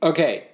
Okay